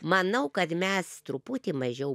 manau kad mes truputį mažiau